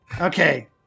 Okay